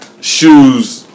Shoes